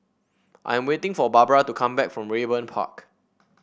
I am waiting for Barbra to come back from Raeburn Park